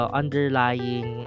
underlying